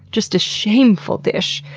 just a shameful dish.